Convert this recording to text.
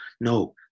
No